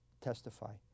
testify